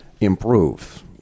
improve